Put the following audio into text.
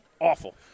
awful